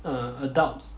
uh adults